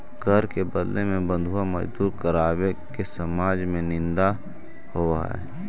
कर के बदले में बंधुआ मजदूरी करावे के समाज में निंदा होवऽ हई